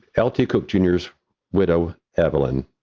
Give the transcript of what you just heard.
ah lt. cooke jr's widow, evelyn,